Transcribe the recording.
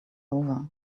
over